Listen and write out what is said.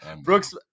Brooks